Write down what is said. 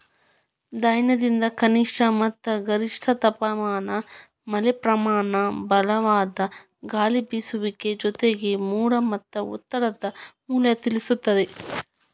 ದೈನಂದಿನ ಕನಿಷ್ಠ ಮತ್ತ ಗರಿಷ್ಠ ತಾಪಮಾನ ಮಳೆಪ್ರಮಾನ ಬಲವಾದ ಗಾಳಿಬೇಸುವಿಕೆ ಜೊತೆಗೆ ಮೋಡ ಮತ್ತ ಒತ್ತಡದ ಮೌಲ್ಯ ತಿಳಿಸುತ್ತದೆ